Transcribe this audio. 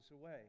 away